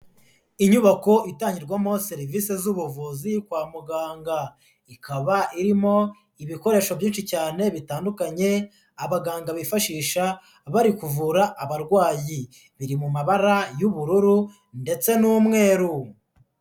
Inyubako itangirwamo serivisi z'ubuvuzi kwa muganga. Ikaba irimo ibikoresho byinshi cyane bitandukanye abaganga bifashisha bari kuvura abarwayi. Biri mu mabara y'ubururu ndetse n'umweru.